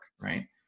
right